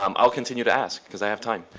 um i'll continue to ask because i have time.